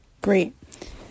Great